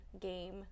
game